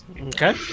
Okay